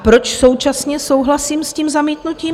Proč současně souhlasím s tím zamítnutím?